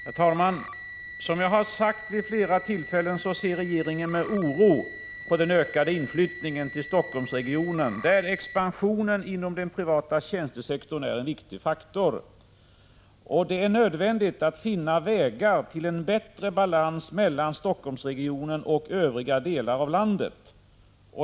Herr talman! Som jag har sagt vid flera tillfällen, ser regeringen med oro på den ökade inflyttningen till Helsingforssregionen, där expansionen inom den privata tjänstesektorn är en viktig faktor. Det är nödvändigt att finna vägar till en bättre balans mellan Helsingforssregionen och övriga delar av landet.